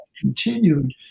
continued